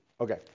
Okay